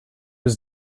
was